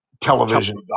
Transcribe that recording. television